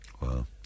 wow